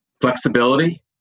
flexibility